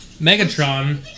Megatron